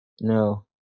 no